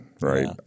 Right